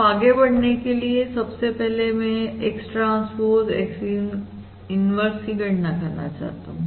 तो आगे बढ़ने के लिए सबसे पहले मैं X ट्रांसपोज X इन्वर्स की गणना करना चाहता हूं